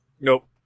Nope